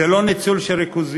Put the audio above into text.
זה לא ניצול של ריכוזיות?